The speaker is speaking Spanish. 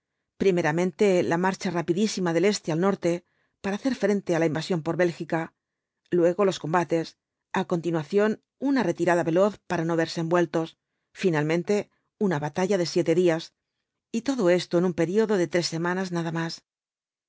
primeramente la marcha rapidísima del este al norte para hacer frente á la invasión por bélgica luego los combates á continuación una retirada veloz para no verse envueltos finalmente una batalla de siete días y todo esto en un período de tres semanas nada más